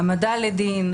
העמדה לדין,